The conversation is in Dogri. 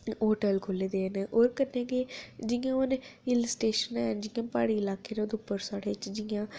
होटल खुल्ले दे न होर कन्नै गै जि'यां हून हिल्ल स्टेशन हैन जि'यां प्हाड़ी लाके न उप्पर साढ़े जि'यां